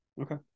Okay